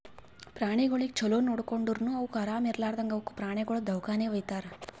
ಪ್ರಾಣಿಗೊಳಿಗ್ ಛಲೋ ನೋಡ್ಕೊಂಡುರನು ಅವುಕ್ ಆರಾಮ ಇರ್ಲಾರ್ದಾಗ್ ಅವುಕ ಪ್ರಾಣಿಗೊಳ್ದು ದವಾಖಾನಿಗಿ ವೈತಾರ್